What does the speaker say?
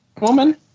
woman